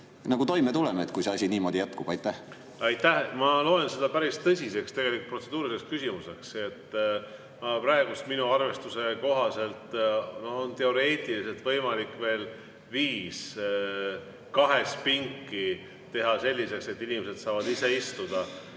asjaga toime tuleme, kui see asi niimoodi jätkub. Aitäh! Ma pean seda päris tõsiseks protseduuriliseks küsimuseks. Praegu minu arvestuse kohaselt on teoreetiliselt võimalik veel viis kahest pinki teha selliselt, et inimesed saavad üksi istuda.